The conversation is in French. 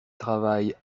travaille